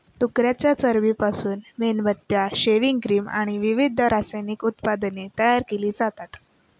डुकराच्या चरबीपासून मेणबत्त्या, सेव्हिंग क्रीम आणि विविध रासायनिक उत्पादने तयार केली जातात